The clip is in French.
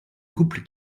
couple